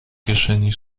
kieszeni